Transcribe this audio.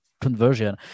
conversion